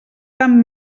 tant